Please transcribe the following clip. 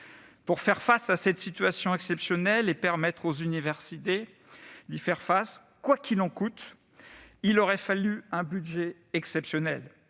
Pour affronter cette situation exceptionnelle et permettre aux universités d'y faire face « quoi qu'il en coûte », il aurait fallu un budget exceptionnel.